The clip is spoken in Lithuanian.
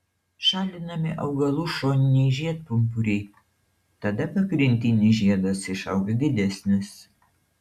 šalinami augalų šoniniai žiedpumpuriai tada pagrindinis žiedas išaugs didesnis